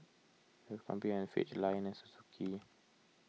Fitch Lion and Suzuki